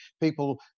people